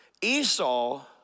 Esau